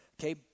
okay